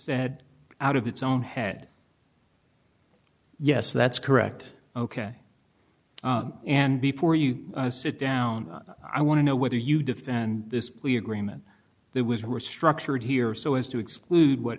had out of its own head yes that's correct ok and before you sit down i want to know whether you defend this plea agreement that was restructured here so as to exclude what